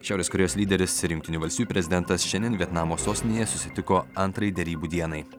šiaurės korėjos lyderis ir jungtinių valstijų prezidentas šiandien vietnamo sostinėje susitiko antrąjį derybų dienai